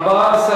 ההסתייגות מס'